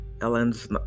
Ellen's